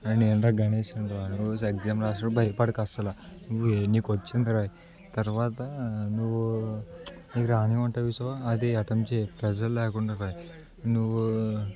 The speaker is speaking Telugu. నేనురా గణేేశ్నురా నువ్వు ఎగ్జామ్ రాసేటప్పుడు భయపడుకు అస్సలు నువ్వు నీకు వచ్చిందిరాయి తర్వాత నువ్వు నీకు రానివి ఉంటాయి చూశావా అది అటెంప్ట్ చేయి ప్రెజర్ లేకుండా రాయి నువ్వు